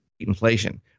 Inflation